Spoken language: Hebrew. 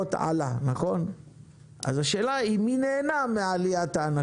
ההנחות עלה, אז השאלה היא מי נהנה מעליית ההנחות.